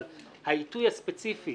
אבל העיתוי הספציפי